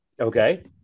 Okay